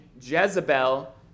Jezebel